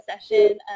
session